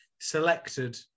selected